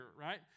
right